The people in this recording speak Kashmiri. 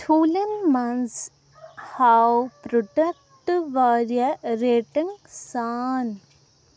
ٹھوٗلن مَنٛز ہاو پروڈکٹ واریاہ ریٹنگ سان